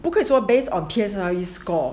不可以说 based on P_S_L_E score